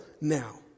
now